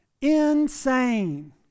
insane